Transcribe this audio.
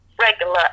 regular